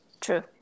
true